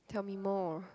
tell me more